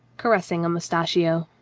caressing a moustachio.